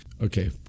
Okay